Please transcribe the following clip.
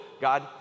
God